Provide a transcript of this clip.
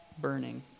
burning